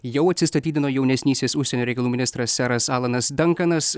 jau atsistatydino jaunesnysis užsienio reikalų ministras seras alanas dankanas